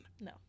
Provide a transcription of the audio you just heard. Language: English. No